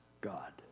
God